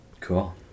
Cool